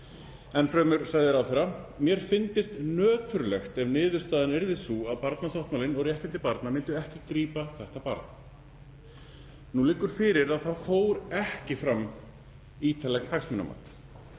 Enn fremur sagði ráðherra: „Mér fyndist nöturlegt ef niðurstaðan yrði sú að barnasáttmálinn og réttindi barna myndu ekki grípa þetta barn.“ Nú liggur fyrir að það fór ekki fram ítarlegt hagsmunamat.